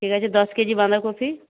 ঠিক আছে দশ কেজি বাঁধাকপি